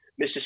Mrs